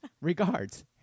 Regards